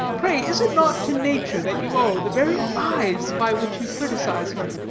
pray, is it not to nature that you owe the very eyes by which you criticise her?